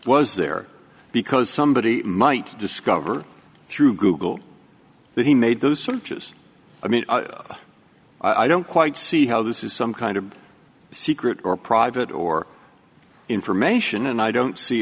was there because somebody might discover through google that he made those searches i mean i don't quite see how this is some kind of secret or private or information and i don't see